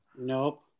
Nope